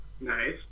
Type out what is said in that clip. Nice